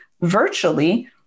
virtually